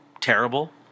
terrible